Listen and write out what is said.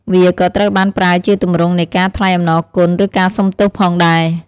វាក៏ត្រូវបានប្រើជាទម្រង់នៃការថ្លែងអំណរគុណ ឬការសុំទោសផងដែរ។